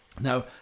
Now